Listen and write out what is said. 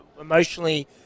Emotionally